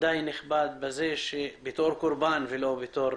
די נכבד בזה בתור קורבן ולא בתור